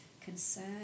concern